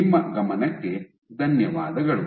ನಿಮ್ಮ ಗಮನಕ್ಕೆ ಧನ್ಯವಾದಗಳು